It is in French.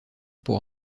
pour